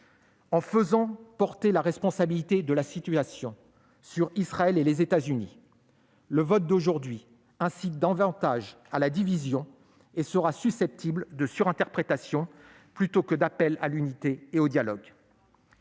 En faisant porter la responsabilité de la situation à Israël et aux États-Unis, le vote d'aujourd'hui incite davantage à la division et sera susceptible de surinterprétations plutôt qu'il ne constituera un appel à l'unité et au dialogue.